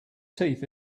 teeth